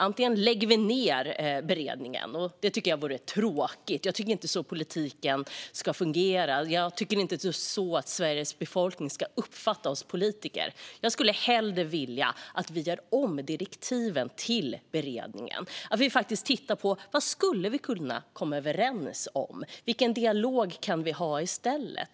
Antingen lägger vi ned beredningen. Det tycker jag vore tråkigt; jag tycker inte att det är så politiken ska fungera, och jag tycker inte att det är så Sveriges befolkning ska uppfatta oss politiker. Jag skulle hellre vilja att vi gör om direktiven till beredningen och faktiskt tittar på vad vi skulle kunna komma överens om och vilken dialog vi kan ha i stället.